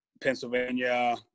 Pennsylvania